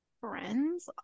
Friends